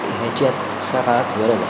ह्याची आजच्या काळात फार गरज आहे